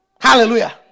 Hallelujah